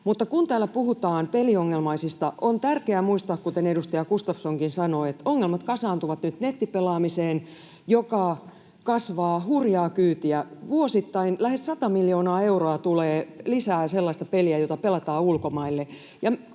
Mutta kun täällä puhutaan peliongelmaisista, on tärkeää muistaa, kuten edustaja Gustafssonkin sanoi, että ongelmat kasaantuvat nyt nettipelaamiseen, joka kasvaa hurjaa kyytiä. Vuosittain lähes sata miljoonaa euroa tulee lisää sellaista peliä, jota pelataan ulkomaille,